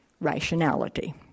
rationality